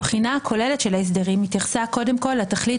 הבחינה הכוללת של ההסדרים התייחסה קודם כל לתכלית